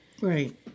right